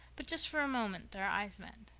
but just for a moment their eyes met,